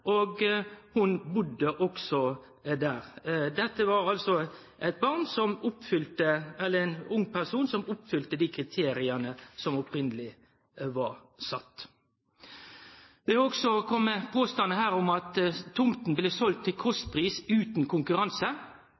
og ho budde der. Dette var altså eit barn, eller ein ung person, som oppfylte dei kriteria som opphavleg var sette. Det har også komme påstandar her om at tomta blei seld til «kostpris uten konkurranse».